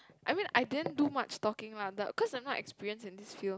I mean I didn't do much talking lah the~ cause I'm not experienced in this field